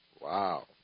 Wow